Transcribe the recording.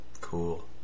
Cool